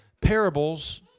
parables